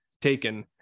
taken